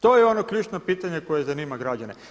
To je ono ključno pitanje koje zanima građane.